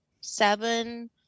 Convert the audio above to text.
seven